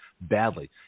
badly